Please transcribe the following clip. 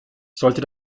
sollte